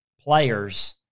players